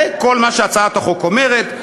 זה כל מה שהצעת החוק אומרת.